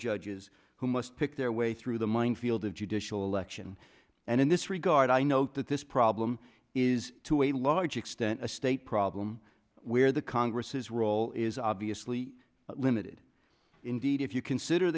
judges who must pick their way through the minefield of judicial election and in this regard i note that this problem is to a large extent a state problem where the congress role is obviously limited indeed if you consider